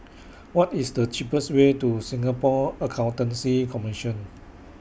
What IS The cheapest Way to Singapore Accountancy Commission